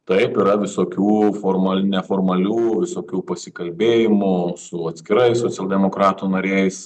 taip yra visokių formal neformalių visokių pasikalbėjimų su atskirai socialdemokratų nariais